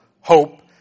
hope